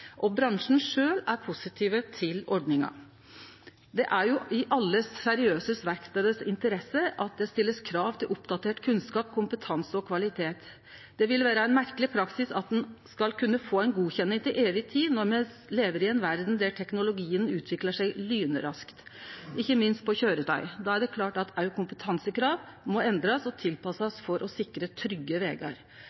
Bransjen sjølv er positiv til ordninga. Det er jo i interessa til alle seriøse verkstader at det blir stilt krav til oppdatert kunnskap, kompetanse og kvalitet. Det ville vere ein merkeleg praksis at ein skulle kunne få ei godkjenning til evig tid, når me lever i ei verd der teknologien utviklar seg lynraskt, ikkje minst på køyretøy. Då er det klart at òg kompetansekrava må endrast og